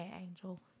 Angel